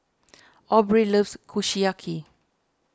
Aubrie loves Kushiyaki